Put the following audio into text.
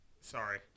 Sorry